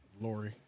Lori